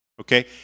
Okay